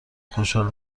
خوشحال